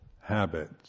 habits